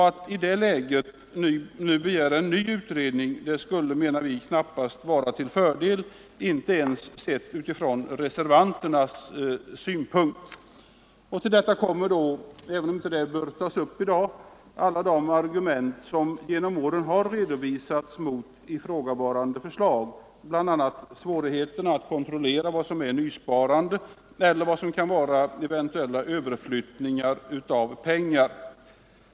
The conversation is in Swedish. Att i det läget begära en ny utredning skulle knappast vara till fördel — inte ens från reservanternas synpunkt. Till detta kommer sedan — även om de inte behöver tas upp i dag — alla de argument som genom åren har redovisats mot ifrågavarande förslag, bl.a. svårigheterna att kontrollera vad som är nysparande och vad som eventuellt kan vara överflyttning av pengar.